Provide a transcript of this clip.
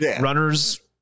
runners